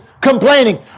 complaining